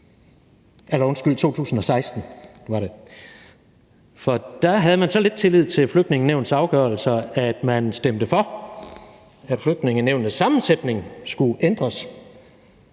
jo så ikke i 2016, for da havde man så lidt tillid til Flygtningenævnets afgørelser, at man stemte for, at Flygtningenævnets sammensætning skulle ændres,